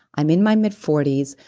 i'm in my mid forty s.